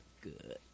good